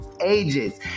ages